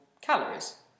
calories